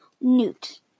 Newt